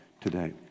today